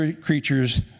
creatures